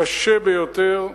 קשה ביותר,